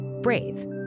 Brave